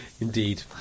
Indeed